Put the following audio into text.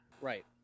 right